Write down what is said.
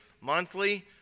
monthly